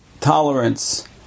tolerance